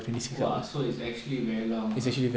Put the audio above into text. !wah! so it's actually very long ah